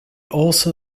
also